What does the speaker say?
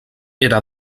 era